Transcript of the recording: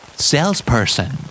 Salesperson